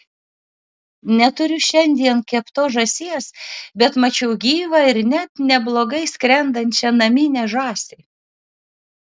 neturiu šiandien keptos žąsies bet mačiau gyvą ir net neblogai skrendančią naminę žąsį